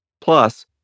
Plus